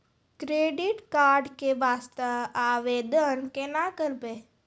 Credit card के वास्ते आवेदन केना करबै?